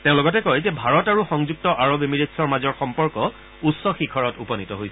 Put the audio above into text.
তেওঁ লগতে কয় যে ভাৰত আৰু সংযুক্ত আৰব এমিৰেটছৰ মাজৰ সম্পৰ্ক উচ্চ শিখৰত উপনীত হৈছে